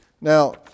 Now